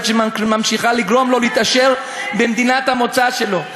שממשיכה לגרום לו להתעשר במדינת המוצא שלו.